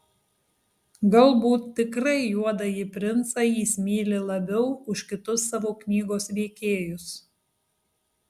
galbūt tikrai juodąjį princą jis myli labiau už kitus savo knygos veikėjus